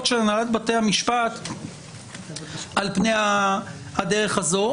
של הנהלת בתי המשפט על פני הדרך הזו.